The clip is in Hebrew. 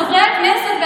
חברי הכנסת,